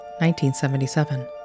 1977